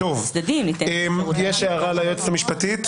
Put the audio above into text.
יש הערה ליועצת המשפטית.